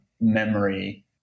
memory